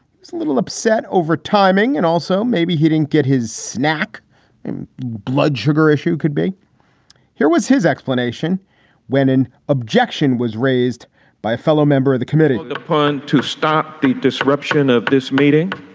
little upset over timing and also maybe he didn't get his snack blood sugar issue. could be here was his explanation when an objection was raised by a fellow member of the committee upon to stop the disruption of this meeting.